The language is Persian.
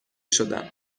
شدم